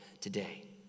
today